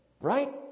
right